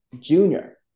junior